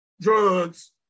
drugs